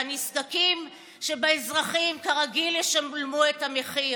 והנזקקים שבאזרחים, כרגיל, ישלמו את המחיר.